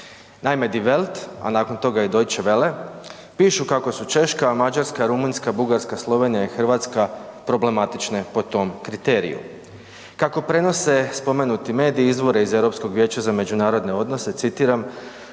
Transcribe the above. Naime, Die Welt, a nakon toga i Deutsche Welle pišu kako su Češka, Mađarska, Rumunjska, Bugarska, Slovenija i Hrvatska problematične po tom kriteriju. Kako prenose spomenuti mediji izvora iz Europskog vijeća za međunarodne odnose, citiram,